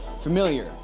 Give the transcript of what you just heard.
familiar